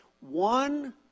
One